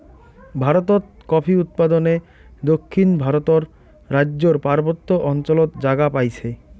ভারতত কফি উৎপাদনে দক্ষিণ ভারতর রাইজ্যর পার্বত্য অঞ্চলত জাগা পাইছে